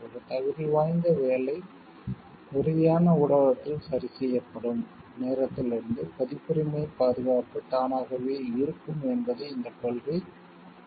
ஒரு தகுதிவாய்ந்த வேலை உறுதியான ஊடகத்தில் சரி செய்யப்படும் நேரத்திலிருந்து பதிப்புரிமைப் பாதுகாப்பு தானாகவே இருக்கும் என்பதை இந்தக் கொள்கை குறிக்கிறது